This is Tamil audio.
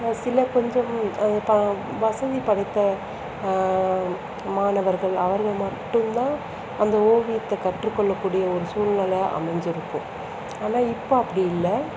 சில கொஞ்சம் வசதி படைத்த மாணவர்கள் அவர்கள் மட்டும்தான் அந்த ஓவியத்தை கற்றுக்கொள்ளக்கூடிய ஒரு சூழ்நிலை அமைஞ்சிருக்கும் ஆனால் இப்போ அப்படி இல்லை